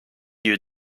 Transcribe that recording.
you